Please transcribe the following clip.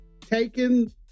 taking